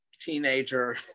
teenager